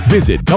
Visit